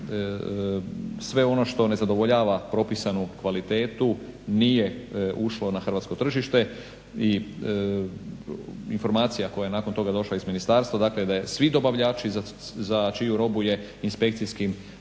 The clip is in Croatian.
dakle sve ono što ne zadovoljava propisanu kvalitetu nije ušlo na hrvatsko tržište i informacija koja je nakon toga došla iz ministarstva dakle da svi dobavljači za čiju robu je inspekcijskim